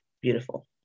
Beautiful